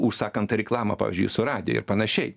užsakant reklamą pavyzdžiui su radiju ir panašiai